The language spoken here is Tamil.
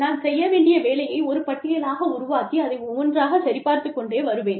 நான் செய்ய வேண்டிய வேலையை ஒரு பட்டியலாக உருவாக்கி அதை ஒவ்வொன்றாக சரி பார்த்துக் கொண்டே வருவேன்